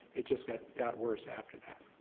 it just got got worse after that.